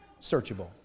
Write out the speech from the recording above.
searchable